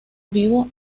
vivo